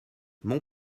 mon